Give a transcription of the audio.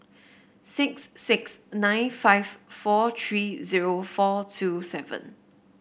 six six nine five four three zero four two seven